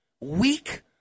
weak